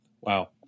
Wow